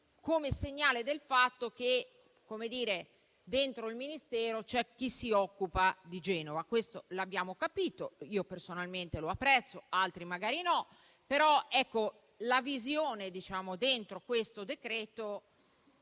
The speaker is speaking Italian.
come segnale del fatto che dentro il Ministero c'è chi si occupa di Genova. Questo l'abbiamo capito ed io personalmente lo apprezzo, altri magari no. Però la visione dentro questo